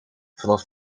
vanaf